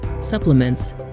supplements